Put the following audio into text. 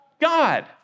God